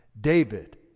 David